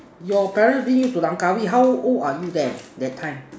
your parents bring you to Langkawi how old are you there that time